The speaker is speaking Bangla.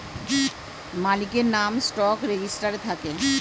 মালিকের নাম স্টক রেজিস্টারে থাকে